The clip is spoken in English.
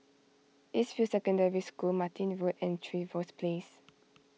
East View Secondary School Martin Road and Trevose Place